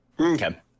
Okay